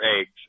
eggs